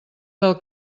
del